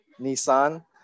Nissan